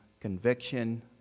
conviction